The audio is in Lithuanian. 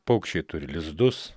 paukščiai turi lizdus